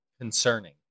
Concerning